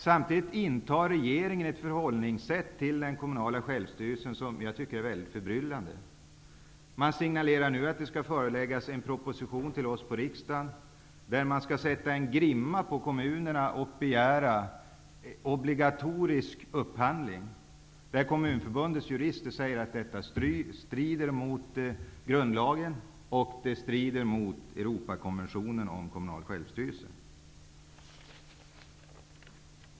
Samtidigt intar regeringen ett förhållningssätt gentemot den kommunala självstyrelsen som jag tycker är väldigt förbryllande. Man signalerar nu att det skall föreläggas en proposition för riksda gen där man sätter en grimma på kommunerna och begär obligatorisk upphandling. Kommunför bundets jurister säger att detta strider mot grund lagen och mot Europakonventionen om kommu nal självstyrelse.